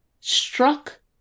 struck